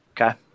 Okay